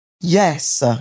Yes